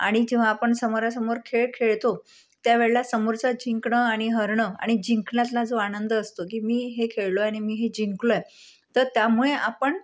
आणि जेव्हा आपण समोरासमोर खेळ खेळतो त्यावेळेला समोरचा जिंकणं आणि हरणं आणि जिंकण्यातला जो आनंद असतो की मी हे खेळलो आहे आणि मी हे जिंकलो आहे तर त्यामुळे आपण